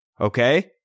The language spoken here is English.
okay